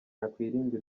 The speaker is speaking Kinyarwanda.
yakwirinda